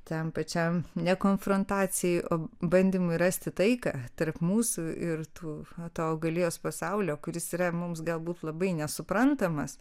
tam pačiam ne konfrontacijai o bandymui rasti taiką tarp mūsų ir tų to augalijos pasaulio kuris yra mums galbūt labai nesuprantamas